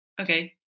okay